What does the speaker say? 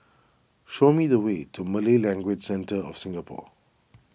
show me the way to Malay Language Centre of Singapore